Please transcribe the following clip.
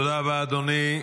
תודה רבה, אדוני.